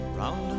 round